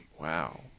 Wow